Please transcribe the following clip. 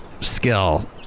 skill